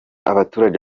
abaturage